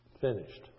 finished